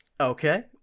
Okay